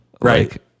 Right